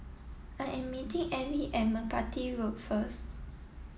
I am meeting Ebbie at Merpati Road first